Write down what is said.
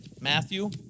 Matthew